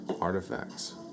artifacts